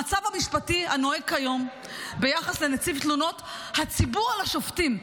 המצב המשפטי הנוהג כיום ביחס לנציב תלונות הציבור על השופטים.